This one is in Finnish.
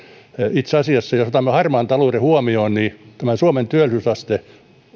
itse asiassa jos otamme harmaan talouden huomioon suomen työllisyysaste